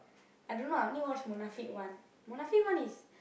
I don't know I only watch Munafik-one Munafik-one is